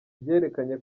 byerekanye